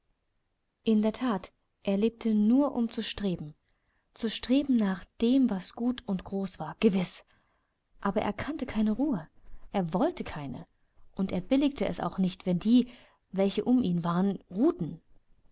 in der that er lebte nur um zu streben zu streben nach dem was gut und groß war gewiß aber er kannte keine ruhe er wollte keine und er billigte es auch nicht wenn die welche um ihn waren ruhten